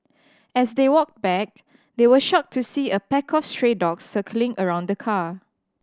as they walked back they were shocked to see a pack of stray dogs circling around the car